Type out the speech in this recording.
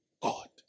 God